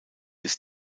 ist